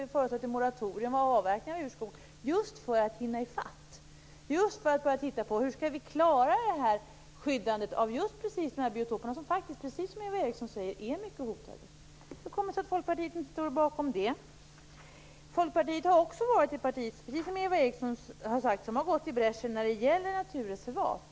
Vi föreslår där ett moratorium för avverkning av urskog just för att hinna i fatt och för att kunna börja se över detta och se hur vi kan klara skyddet av de biotoper som, precis som Eva Eriksson säger, är mycket hotade. Hur kommer det sig att ni i Folkpartiet inte står bakom det? Som Eva Eriksson mycket riktigt sade har Folkpartiet varit det parti som gått i bräschen för naturreservat.